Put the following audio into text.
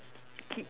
keep